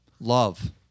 Love